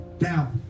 Now